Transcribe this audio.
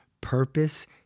Purpose